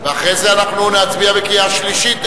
אחרי זה אנחנו נצביע בקריאה שלישית,